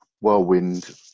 whirlwind